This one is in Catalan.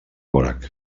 dvořák